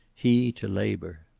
he to labor.